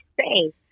say